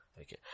Okay